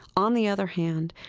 on the other hand,